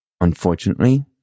Unfortunately